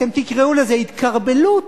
אתם תקראו לזה התכרבלות,